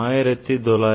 Student Helium